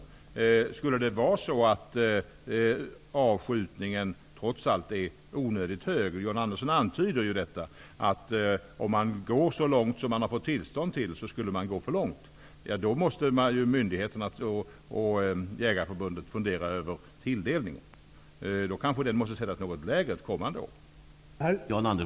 Det kan trots allt vara så att avskjutningen är onödigt stor. John Andersson antyder detta och säger att om man skjuter så många älgar som man har fått tillstånd till så skulle man gå för långt. Om så är fallet måste myndigheterna och Jägarförbundet fundera över tilldelningen. Då kanske tilldelningen måste vara något lägre ett kommande år.